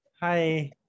Hi